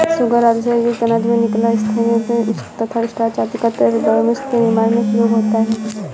sugar आदि से युक्त अनाज से निकला इथेनॉल तथा स्टार्च इत्यादि का तरल बायोफ्यूल के निर्माण में प्रयोग होता है